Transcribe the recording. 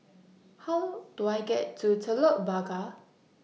How Do I get to Telok Blangah